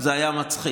זה היה מצחיק.